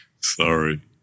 Sorry